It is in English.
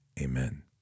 amen